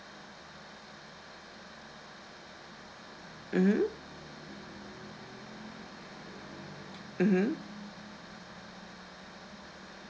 mmhmm mmhmm